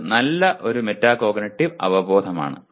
അത് നല്ല മെറ്റാകോഗ്നിറ്റീവ് അവബോധമാണ്